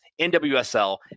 NWSL